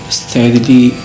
steadily